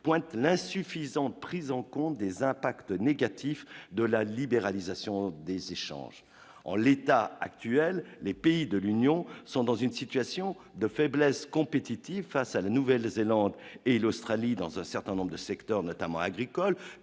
pointent l'insuffisante prise en compte des impacts négatifs de la libéralisation des échanges, en l'état actuel, les pays de l'Union sont dans une situation de faiblesse compétitive face à la Nouvelle-Zélande et l'Australie dans un certain nombre de secteurs, notamment agricoles,